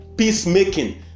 peacemaking